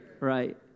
right